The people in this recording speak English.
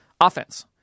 offense